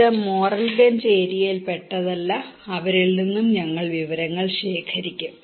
ഈ മൊറൽഗഞ്ച് ഏരിയയിൽ പെട്ടതല്ല അവരിൽ നിന്നും ഞങ്ങൾ വിവരങ്ങൾ ശേഖരിക്കും